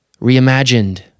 reimagined